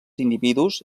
individus